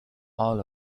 all